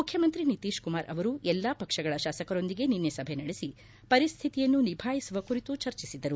ಮುಖ್ವಮಂತ್ರಿ ನಿತೀಶ್ ಕುಮಾರ್ ಅವರು ಎಲ್ಲಾ ಪಕ್ಷಗಳ ಶಾಸಕರೊಂದಿಗೆ ನಿನ್ನೆ ಸಭೆ ನಡೆಸಿ ಪರಿಸ್ತಿತಿಯನ್ನು ನಿಭಾಯಿಸುವ ಕುರಿತು ಚರ್ಚಿಸಿದರು